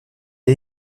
est